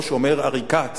כמו שאומר עריקאת,